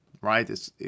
right